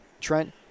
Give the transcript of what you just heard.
Trent